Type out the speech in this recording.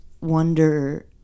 wonder